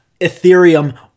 Ethereum